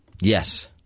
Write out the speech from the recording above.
Yes